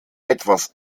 etwas